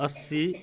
अस्सी